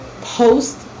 post